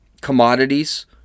commodities